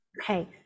Okay